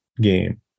game